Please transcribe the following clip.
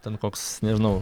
ten koks nežinau